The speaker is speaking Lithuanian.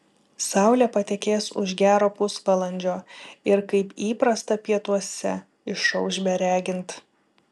saulė patekės už gero pusvalandžio ir kaip įprasta pietuose išauš beregint